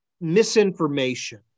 misinformation